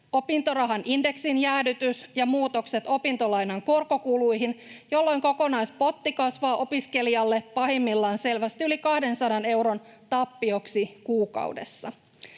opintorahan indeksin jäädytys ja muutokset opintolainan korkokuluihin, jolloin kokonaispotti kasvaa opiskelijalle pahimmillaan selvästi yli 200 euron tappioksi kuukaudessa.